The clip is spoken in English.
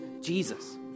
Jesus